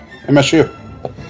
MSU